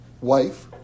wife